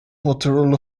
motorola